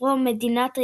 בספרו "מדינת היהודים",